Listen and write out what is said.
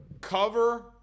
cover